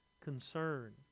concern